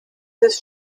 ist